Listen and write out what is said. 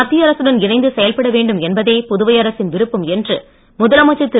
மத்திய அரசுடன் இணைந்து செயல்பட வேண்டும் என்பதே புதுவை அரசின் விருப்பம் என்று முதலமைச்சர் திரு